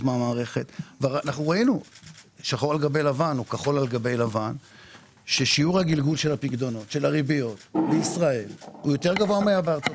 בכל הטלוויזיות של בנקים שקוראים לצרכנים שלהם להעביר את הכסף